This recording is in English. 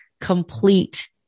complete